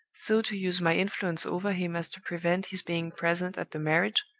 so to use my influence over him as to prevent his being present at the marriage,